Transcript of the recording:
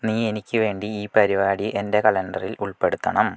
നീ എനിക്കു വേണ്ടി ഈ പരിപാടി എന്റെ കലണ്ടറില് ഉള്പ്പെടുത്തണം